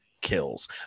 Kills